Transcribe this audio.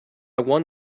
won